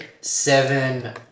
seven